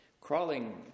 crawling